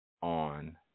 on